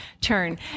turn